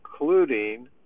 including